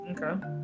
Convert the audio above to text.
Okay